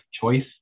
choice